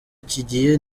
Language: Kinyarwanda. kigiye